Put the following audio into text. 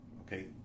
okay